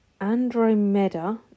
Andromeda